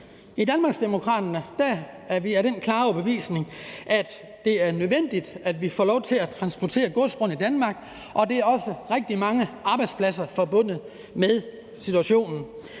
I Danmarksdemokraterne er vi af den klare overbevisning, at det er nødvendigt, at vi får lov til at transportere gods rundt i Danmark, og det er der også rigtig mange arbejdspladser forbundet med.